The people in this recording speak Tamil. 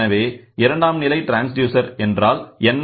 எனவே இரண்டாம்நிலை ட்ரான்ஸ்டியூசர் என்றால் என்ன